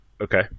Okay